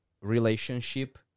relationship